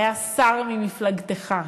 היה שר ממפלגתך,